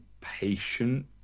patient